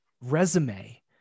resume